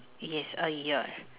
yes a year